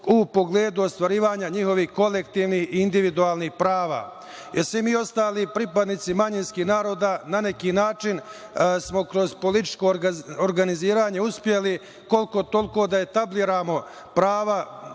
u pogledu ostvarivanja njihovih kolektivnih i individualnih prava. Svi mi ostali pripadnici manjinskih naroda smo na neki način kroz političko organiziranje uspeli koliko-toliko da etabliramo prava